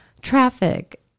traffic